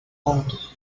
puntos